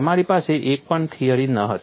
તમારી પાસે એક પણ થિયરી નહોતી